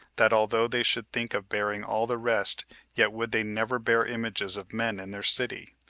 that although they should think of bearing all the rest yet would they never bear images of men in their city,